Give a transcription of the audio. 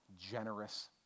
generous